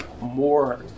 more